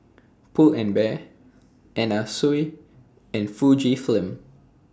Pull and Bear Anna Sui and Fujifilm